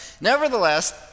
Nevertheless